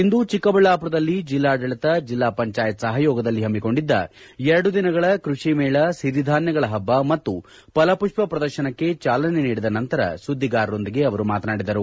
ಇಂದು ಚಿಕ್ಕಬಳ್ಳಾಪುರದಲ್ಲಿ ಜಿಲ್ಲಾಡಳಿತ ಜಿಲ್ಲಾ ಪಂಚಾಯತ್ ಸಹಯೋಗದಲ್ಲಿ ಹಮ್ಮಿಕೊಂಡಿದ್ದ ಎರಡು ದಿನಗಳ ಕೃಷಿಮೇಳ ಸಿರಿಧಾನ್ಯಗಳ ಹಬ್ಬ ಮತ್ತು ಫಲಪುಷ್ವ ಪ್ರದರ್ಶನಕ್ಕೆ ಚಾಲನೆ ನೀಡಿದ ನಂತರ ಸುದ್ದಿಗಾರರೊಂದಿಗೆ ಅವರು ಮಾತನಾಡಿದರು